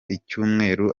icyumweru